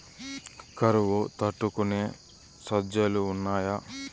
కరువు తట్టుకునే సజ్జలు ఉన్నాయా